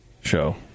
Show